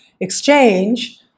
exchange